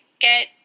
get